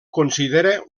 considera